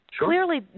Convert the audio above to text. Clearly